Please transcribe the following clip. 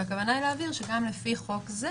הכוונה היא להבהיר שגם לפי חוק זה